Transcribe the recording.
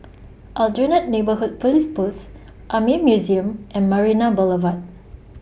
Aljunied Neighbourhood Police Post Army Museum and Marina Boulevard